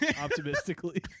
Optimistically